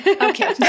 Okay